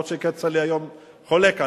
אף-על-פי שכצל'ה היום חולק עליו,